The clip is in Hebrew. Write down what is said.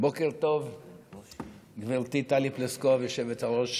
בוקר טוב גברתי טלי פלוסקוב, היושבת-ראש.